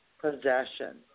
possession